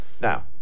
Now